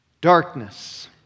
darkness